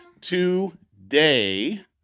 today